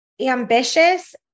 ambitious